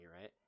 right